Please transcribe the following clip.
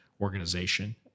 organization